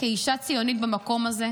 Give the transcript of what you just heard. כאישה ציונית במקום הזה,